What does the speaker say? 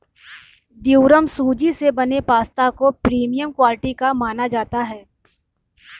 durum सूजी से बने पास्ता को प्रीमियम क्वालिटी का माना जाता है